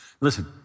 Listen